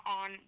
on